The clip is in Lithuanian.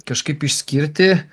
kažkaip išskirti